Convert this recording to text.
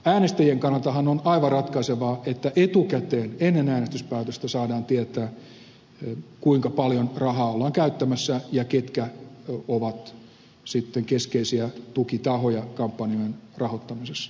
äänestäjien kannaltahan on aivan ratkaisevaa että etukäteen ennen äänestyspäätöstä saadaan tietää kuinka paljon rahaa ollaan käyttämässä ja ketkä ovat sitten keskeisiä tukitahoja kampanjan rahoittamisessa